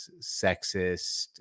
sexist